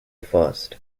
fast